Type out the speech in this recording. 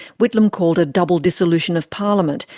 whitlam called a double dissolution of parliament,